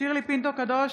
שירלי פינטו קדוש,